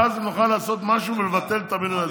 ואז נוכל לעשות משהו ולבטל את המינוי הזה.